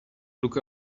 look